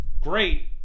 great